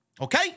okay